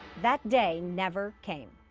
that day never came.